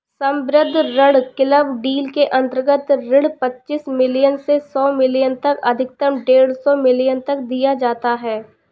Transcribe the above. सम्बद्ध ऋण club deal के अंतर्गत ऋण पच्चीस मिलियन से सौ मिलियन तक अधिकतम डेढ़ सौ मिलियन तक दिया जाता है